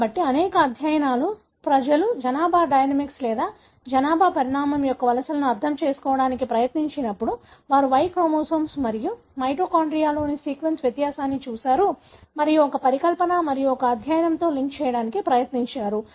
కాబట్టి అనేక అధ్యయనాలు ప్రజలు జనాభా డైనమిక్స్ లేదా జనాభా పరిణామం యొక్క వలసలను అర్థం చేసుకోవడానికి ప్రయత్నించినప్పుడు వారు Y క్రోమోజోమ్ మరియు మైటోకాండ్రియాలోని సీక్వెన్స్ వ్యత్యాసాన్ని చూసారు మరియు ఒక పరికల్పన మరియు ఒక అధ్యయనంతో లింక్ చేయడానికి ప్రయత్నించారు